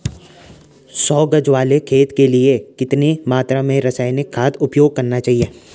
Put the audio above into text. सौ गज वाले खेत के लिए कितनी मात्रा में रासायनिक खाद उपयोग करना चाहिए?